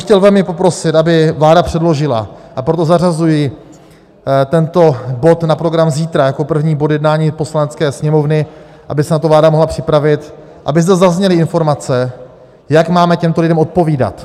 Chtěl bych velmi poprosit, aby vláda předložila a proto zařazuji tento bod na program zítra jako první bod jednání Poslanecké sněmovny, aby se na to vláda mohla připravit aby zde zazněly informace, jak máme těmto lidem odpovídat.